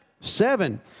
Seven